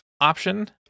option